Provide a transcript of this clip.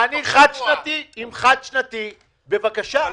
אם תקציב חד-שנתי בבקשה.